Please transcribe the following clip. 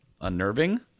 unnerving